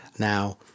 now